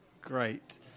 Great